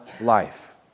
life